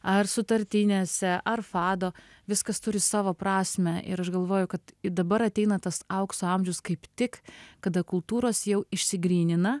ar sutartinėse ar fado viskas turi savo prasmę ir aš galvoju kad dabar ateina tas aukso amžius kaip tik kada kultūros jau išsigrynina